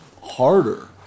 harder